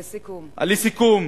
לסיכום.